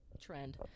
trend